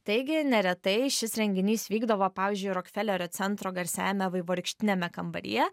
taigi neretai šis renginys vykdavo pavyzdžiui rokfelerio centro garsiajame vaivorykštiniame kambaryje